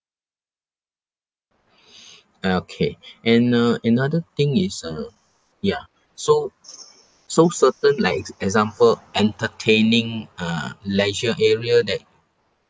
okay and uh another thing is uh ya so so certain likes example entertaining uh leisure area that